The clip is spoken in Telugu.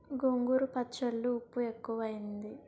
గోంగూర పచ్చళ్ళో ఉప్పు ఎక్కువైంది